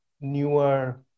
newer